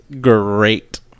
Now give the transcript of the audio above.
great